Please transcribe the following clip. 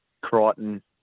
Crichton